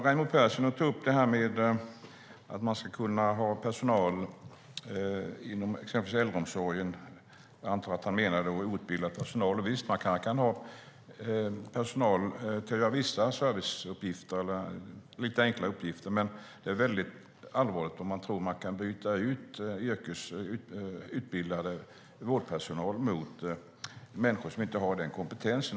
Raimo Pärssinen tog upp frågan om att man ska kunna ha personal inom exempelvis äldreomsorgen. Jag antar att han då menade outbildad personal. Visst kan man ha outbildad personal till vissa serviceuppgifter och lite enklare uppgifter. Men det är mycket allvarligt om han tror att man kan byta ut yrkesutbildad vårdpersonal mot människor som inte har den kompetensen.